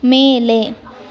ಮೇಲೆ